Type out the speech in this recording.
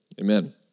Amen